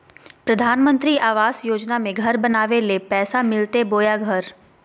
प्रधानमंत्री आवास योजना में घर बनावे ले पैसा मिलते बोया घर?